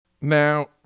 Now